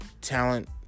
talent